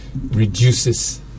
reduces